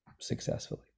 successfully